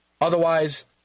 Otherwise